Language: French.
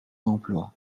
emplois